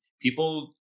people